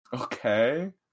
Okay